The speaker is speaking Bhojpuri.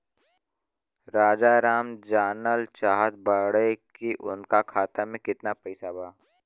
राजाराम जानल चाहत बड़े की उनका खाता में कितना पैसा बा?